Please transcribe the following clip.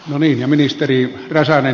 arvoisa herra puhemies